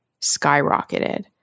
skyrocketed